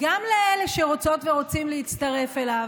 גם לאלה שרוצות ורוצים להצטרף אליו,